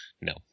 No